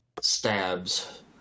stabs